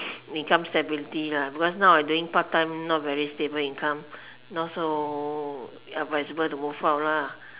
income stability lah because now I doing part time not very stable income not so advisable to move out lah